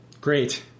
Great